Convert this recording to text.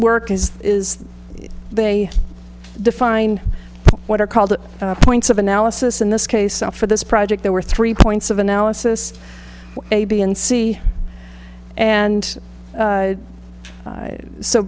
work is is they define what are called points of analysis in this case for this project there were three points of analysis a b and c and